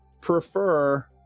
prefer